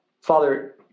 Father